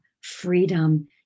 freedom